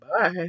Bye